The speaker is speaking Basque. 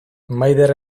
maider